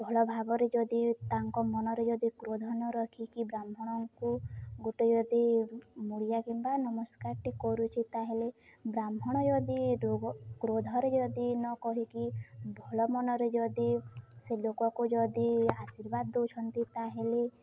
ଭଲ ଭାବରେ ଯଦି ତାଙ୍କ ମନରେ ଯଦି କ୍ରୋଧ ନ ରଖିକି ବ୍ରାହ୍ମଣଙ୍କୁ ଗୋଟେ ଯଦି ମୁଣ୍ଡିଆ କିମ୍ବା ନମସ୍କାରଟେ କରୁଛି ତା'ହେଲେ ବ୍ରାହ୍ମଣ ଯଦି ରୋଗ କ୍ରୋଧରେ ଯଦି ନ କହିିକି ଭଲ ମନରେ ଯଦି ସେ ଲୋକକୁ ଯଦି ଆଶୀର୍ବାଦ ଦଉଛନ୍ତି ତା'ହେଲେ